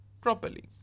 properly